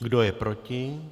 Kdo je proti?